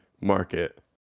market